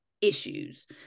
issues